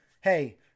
hey